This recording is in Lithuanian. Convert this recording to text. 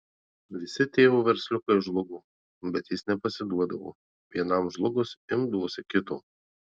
visi tėvo versliukai žlugo bet jis nepasiduodavo vienam žlugus imdavosi kito